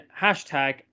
hashtag